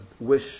wish